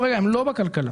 הם לא במשרד הכלכלה.